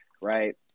right